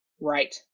Right